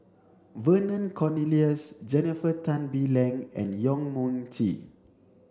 Vernon Cornelius Jennifer Tan Bee Leng and Yong Mun Chee